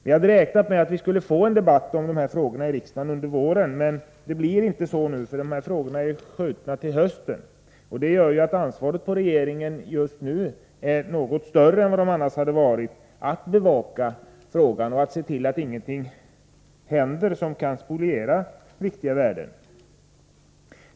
Vi hade räknat med att få en debatt om de här frågorna i riksdagen under våren, men det blir inte så nu — behandlingen av dem är uppskjuten till hösten. Det gör att ansvaret på regeringen just nu är något större än det annars hade varit för att bevaka frågan och se till att ingenting händer som kan spoliera viktiga värden.